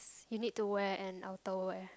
you need to wear an outer wear